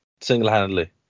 Single-handedly